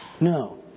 no